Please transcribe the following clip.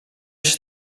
się